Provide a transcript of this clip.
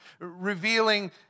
Revealing